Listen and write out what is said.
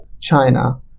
China